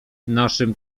naszym